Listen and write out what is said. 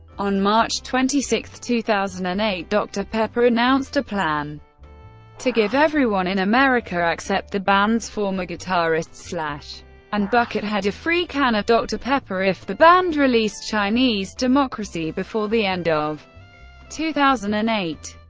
on march twenty six, two thousand and eight, dr pepper announced a plan to give everyone in america except the band's former guitarists slash and buckethead a free can of dr pepper if the band released chinese democracy before the end of two thousand and eight.